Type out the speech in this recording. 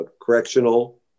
correctional